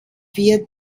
wird